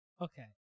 Okay